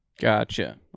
Gotcha